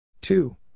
Two